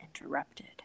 Interrupted